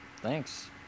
Thanks